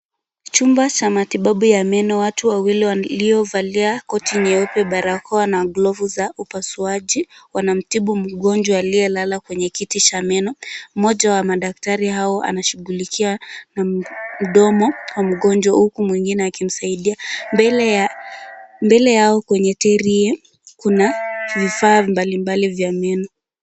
Chumba za matibabu ya meno, watu wawili waliovalia koti nyeupe, barakoa na glovu za upasuaji wanamtibu mgonjwa aliyelala kwenye kiti cha meno, mmoja wa madaktari hao anashughulikia na mdomo wa mgonjwa huku mwingine akimsaidia. Mbele yao kwenye trei kuna vifaa mbalimbali vya meno.